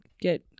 get